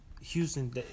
Houston –